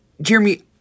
Jeremy